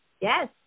Yes